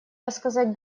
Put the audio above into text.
рассказать